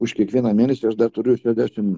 už kiekvieną mėnesį aš dar turiu šešiasdešim